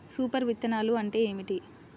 Super విత్తనాలు అంటే ఏమిటి?